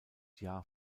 jahr